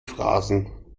phrasen